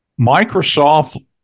Microsoft